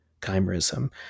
chimerism